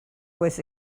was